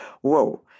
Whoa